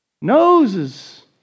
Noses